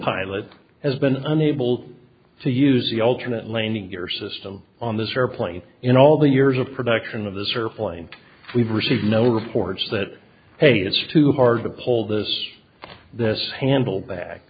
pilot has been unable to use the alternate landing your system on this airplane in all the years of production of this are plain we've received no reports that it's too hard to pull this this